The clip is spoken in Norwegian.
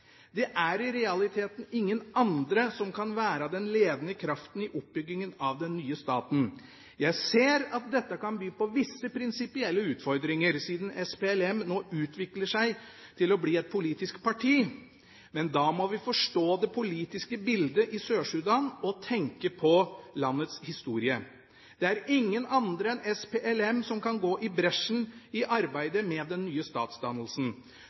Det er i realiteten ingen andre som kan være den ledende kraften i oppbyggingen av den nye staten. Jeg ser at dette kan by på visse prinsipielle utfordringer siden SPLM nå utvikler seg til å bli et politisk parti, men da må vi forstå det politiske bildet i Sør-Sudan og tenke på landets historie. Det er ingen andre enn SPLM som kan gå i bresjen i arbeidet med den nye statsdannelsen.